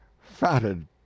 fatted